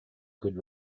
good